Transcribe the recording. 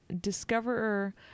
discoverer